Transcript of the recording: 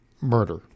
murder